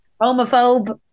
homophobe